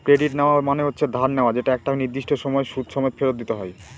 credit নেওয়া মানে হচ্ছে ধার নেওয়া যেটা একটা নির্দিষ্ট সময় সুদ সমেত ফেরত দিতে হয়